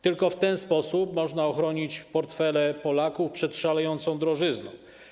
Tylko w ten sposób można ochronić portfele Polaków przed szalejącą drożyzną.